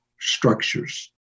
structures